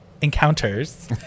encounters